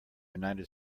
united